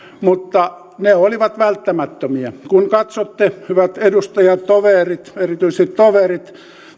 mutta ne olivat välttämättömiä kun katsotte hyvät edustajatoverit erityisesti toverit